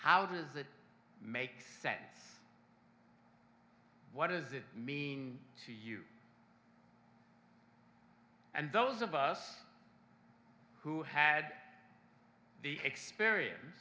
how does that make sense what does it mean to you and those of us who had the experience